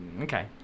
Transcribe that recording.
Okay